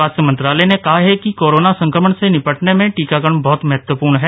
स्वास्थ्य मंत्रालय ने कहा है कि कोरोना संक्रमण से निपटने में टीकाकरण बहत महत्वपूर्ण है